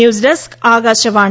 news desk Akashvani